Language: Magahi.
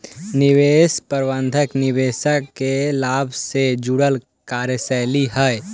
निवेश प्रबंधन निवेशक के लाभ से जुड़ल कार्यशैली हइ